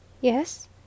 yes